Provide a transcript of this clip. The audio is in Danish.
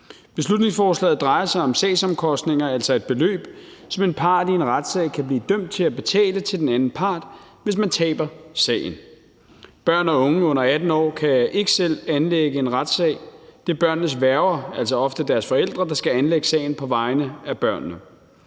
Beslutningsforslaget drejer sig om sagsomkostninger, altså et beløb, som en part i en retssag kan blive dømt til at skulle betale til den anden part, hvis man taber sagen. Børn og unge under 18 år kan ikke selv anlægge en retssag. Det er børnenes værger, altså ofte deres forældre, der skal anlægge sagen på vegne af børnene.